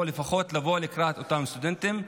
או לפחות לבוא לקראת אותם סטודנטים.